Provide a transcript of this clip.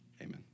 Amen